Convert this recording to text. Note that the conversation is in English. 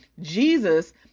Jesus